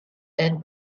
and